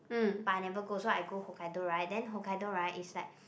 but I never go so I go Hokkaido right then Hokkaido right is like